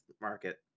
market